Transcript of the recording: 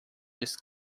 this